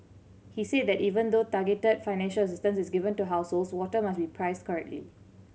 he said that even though targeted financial assistance is given to households water must be priced correctly